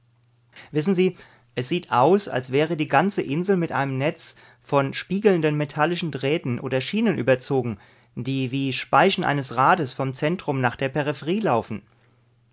wissen sie es sieht aus als wäre die ganze insel mit einem netz von spiegelnden metallischen drähten oder schienen überzogen die wie die speichen eines rades vom zentrum nach der peripherie laufen